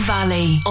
Valley